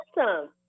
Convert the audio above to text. awesome